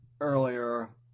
earlier